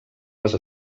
les